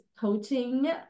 coaching